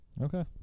Okay